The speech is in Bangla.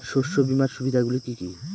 শস্য বিমার সুবিধাগুলি কি কি?